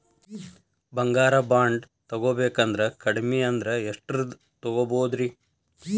ಬಂಗಾರ ಬಾಂಡ್ ತೊಗೋಬೇಕಂದ್ರ ಕಡಮಿ ಅಂದ್ರ ಎಷ್ಟರದ್ ತೊಗೊಬೋದ್ರಿ?